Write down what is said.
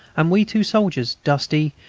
and we two soldiers, dusty,